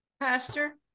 Pastor